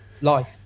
life